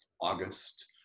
August